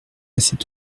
cette